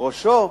בראשו: